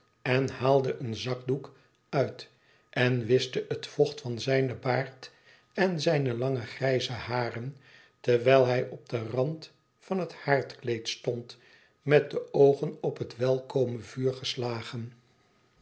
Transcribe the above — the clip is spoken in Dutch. en haalde een zakdoek uit en wischte het vocht van zijne baard en zijne lange grijze haren terwijl hij op den rand van het haardkleed stond met de oogen op het welkome vuur geslagen